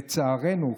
לצערנו,